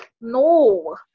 No